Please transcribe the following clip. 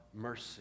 mercy